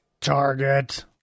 target